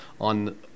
on